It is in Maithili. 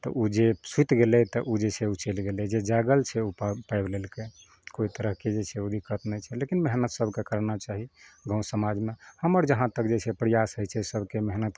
तऽ ओ जे सुति गेलै तऽ ओ जे छै ओ चलि गेलै जे जागल छै ओ पा पाबि लेलकै कोइ तरहके जे छै ओ दिक्कत नहि छै लेकिन मेहनत सबके करना चाही गाँव समाजमे हमर जहाँ तक जे प्रयास होइ छै सबके मेहनतके